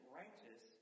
righteous